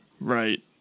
Right